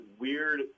weird